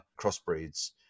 crossbreeds